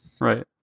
Right